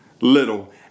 little